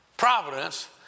providence